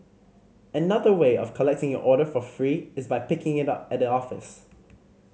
another way of collecting your order for free is by picking it up at the office